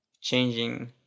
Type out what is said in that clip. changing